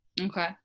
Okay